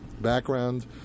background